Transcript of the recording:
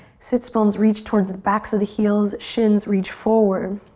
sits bones reach towards the backs of the heels, shins reach forward.